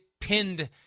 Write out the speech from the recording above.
pinned